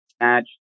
match